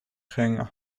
ging